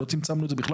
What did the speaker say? לא צמצמנו את זה בכלל.